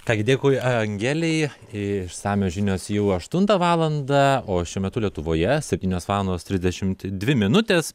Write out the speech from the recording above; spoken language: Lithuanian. ką gi dėkui angelei išsamios žinios jau aštuntą valandą o šiuo metu lietuvoje septynios valandos trisdešim dvi minutės